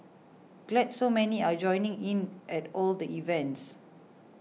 glad so many are joining in at all the events